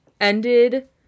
ended